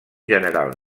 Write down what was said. general